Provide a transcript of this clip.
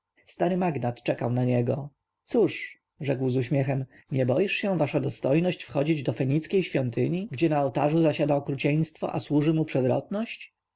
stary magnat czekał na niego cóż rzekł z uśmiechem nie boisz się wasza dostojność wchodzić do fenickiej świątyni gdzie na ołtarzu zasiada okrucieństwo a służy mu przewrotność bać